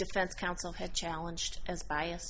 sense counsel had challenged as biased